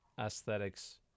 aesthetics